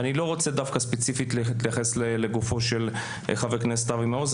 ואני לא רוצה דווקא ספציפית להתייחס לגופו של חבר הכנסת אבי מעוז,